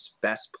best